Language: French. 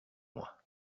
moi